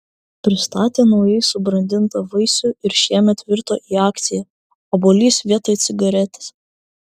pristatė naujai subrandintą vaisių ir šiemet virto į akciją obuolys vietoj cigaretės